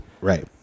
right